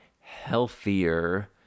healthier